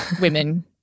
women